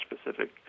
specific